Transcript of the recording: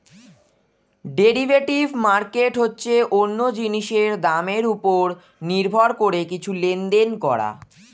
derivative market হচ্ছে অন্য জিনিসের দামের উপর নির্ভর করে কিছু লেনদেন করা